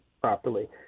properly